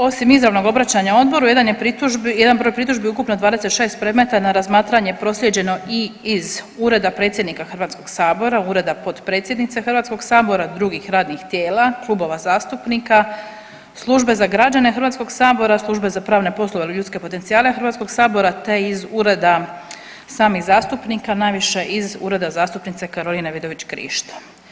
Osim izravnog obraćanja odboru jedan broj pritužbi ukupno 26 predmeta na razmatranje je proslijeđeno i iz Ureda predsjednika Hrvatskog sabora, Ureda potpredsjednice Hrvatskog sabora, drugih radnih tijela, klubova zastupnika, Službe za građane Hrvatskog sabora, Službe za pravne poslove ili ljudske potencijale Hrvatskog sabora, te iz ureda samih zastupnika najviše iz Ureda zastupnice Karoline Vidović Krišto.